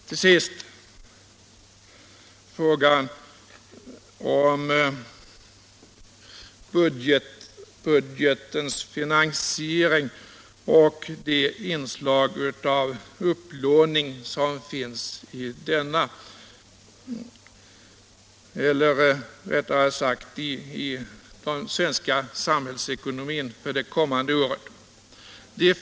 Till sist vill jag ta upp frågan om budgetens finansiering och de inslag av upplåning som finns i den svenska samhällsekonomin för det kommande året.